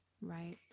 Right